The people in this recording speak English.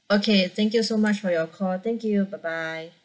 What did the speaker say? okay thank you so much for your call thank you bye bye